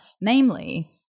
namely